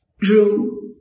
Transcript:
drew